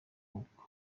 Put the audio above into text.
gukwa